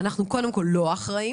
קודם כול שהמדינה לא אחראית,